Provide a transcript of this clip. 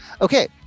Okay